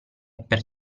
per